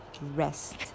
rest